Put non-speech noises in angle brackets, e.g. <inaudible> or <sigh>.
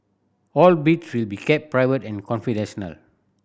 all bids will be kept private and <unintelligible>